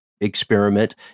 experiment